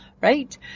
Right